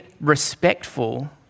respectful